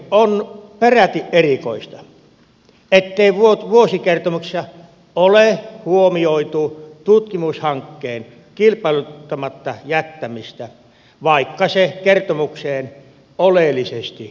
on peräti erikoista ettei vuosikertomuksessa ole huomioitu tutkimushankkeen kilpailuttamatta jättämistä vaikka se kertomukseen oleellisesti kuuluukin